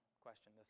question